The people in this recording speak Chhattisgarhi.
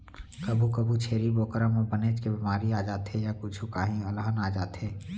कभू कभू छेरी बोकरा म बनेच के बेमारी आ जाथे य कुछु काही अलहन आ जाथे